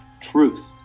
truth